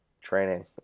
training